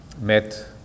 met